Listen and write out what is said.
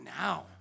now